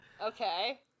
Okay